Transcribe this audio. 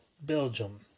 Belgium